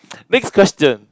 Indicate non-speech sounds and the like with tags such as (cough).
(noise) next question